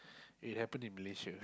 it happened in Malaysia